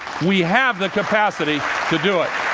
we have the capacity to do it.